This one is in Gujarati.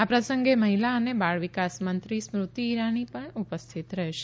આ પ્રસંગે મહિલા અને બાળ વિકાસ મંત્રી સ્મૃતી ઇરાની પણ ઉપસ્થિત રહેશે